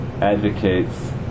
advocates